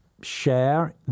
share